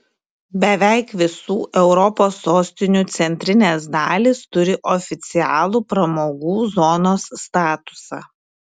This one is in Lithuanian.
beveik visų europos sostinių centrinės dalys turi oficialų pramogų zonos statusą